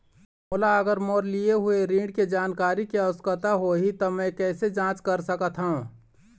मोला अगर मोर लिए हुए ऋण के जानकारी के आवश्यकता होगी त मैं कैसे जांच सकत हव?